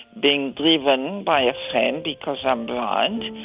being driven by a friend because i'm blind,